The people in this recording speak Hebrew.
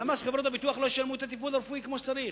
למה שחברות הביטוח לא ישלמו את הטיפול הרפואי כמו שצריך?